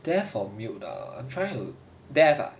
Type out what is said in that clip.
deaf or mute ah deaf ah